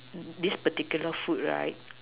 this particular food right